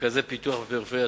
מרכזי פיתוח בפריפריה,